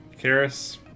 Karis